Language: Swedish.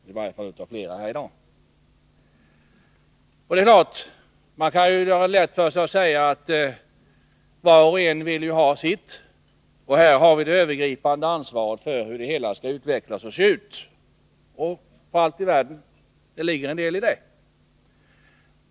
Det är klart att man kan göra det lätt för sig och säga att var och en vill ha sitt, och här har vi det övergripande ansvaret för hur det hela skall utvecklas och se ut. Det ligger, för allt i världen, en del i det.